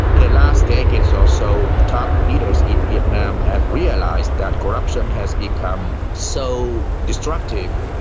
in the last decades or so, top leaders in vietnam have realised that corruption has become so destructive,